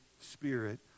Spirit